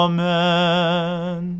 Amen